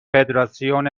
فدراسیون